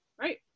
Right